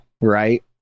right